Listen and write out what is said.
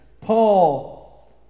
Paul